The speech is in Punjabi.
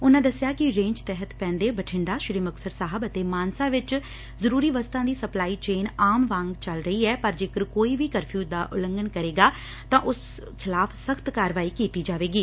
ਉਨਾਂ ਨੇ ਦੱਸਿਆ ਕਿ ਰੇਂਜ ਤਹਿਤ ਪੈਂਦੇ ਬਠਿੰਡਾ ਸ੍ਰੀ ਮੁਕਤਸਰ ਸਾਹਿਬ ਅਤੇ ਮਾਨਸਾ ਵਿਚ ਜਰੂਰੀ ਵਸਤਾਂ ਦੀਂ ਸਪਲਾਈ ਚੇਨ ਆਮ ਵਾਂਗ ਚੱਲ ਰਹੀ ਐ ਪਰ ਜੇਕਰ ਕੋਈ ਵੀ ਕਰਫਿਊ ਦਾ ਉਲੰਘਣ ਕਰੇਗਾ ਤਾਂ ਉਸ ਖਿਲਾਫ ਸਖ਼ਤ ਕਾਰਵਾਈ ਕੀਡੀ ਜਾਵੇਗੀ